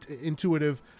intuitive